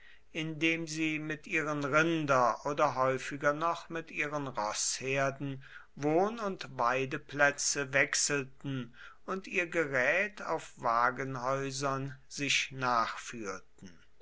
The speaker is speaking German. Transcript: indem sie mit ihren rinder oder häufiger noch mit ihren roßherden wohn und weideplätze wechselten und ihr gerät auf wagenhäusern sich nachführten